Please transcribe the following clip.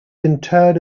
interred